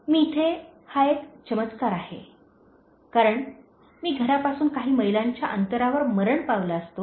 मी येथे हा एक चमत्कार आहे कारण मी घरापासून काही मैलांच्या अंतरावर मरण पावला असतो